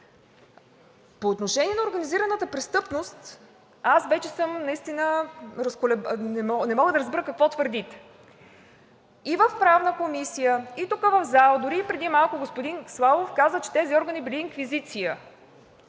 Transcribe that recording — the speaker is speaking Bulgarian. По отношение на организираната престъпност не мога да разбера какво твърдите. И в Правната комисия, и тук в залата, дори и преди малко господин Славов каза, че тези органи били инквизиция.